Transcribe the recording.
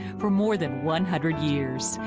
for more than one hundred years,